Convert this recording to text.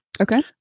Okay